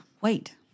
wait